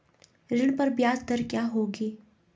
ऋण पर ब्याज दर क्या होगी?